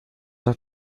noch